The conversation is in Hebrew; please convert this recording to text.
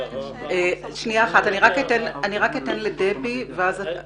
אני רק אתן לדבי ואז חברי הכנסת .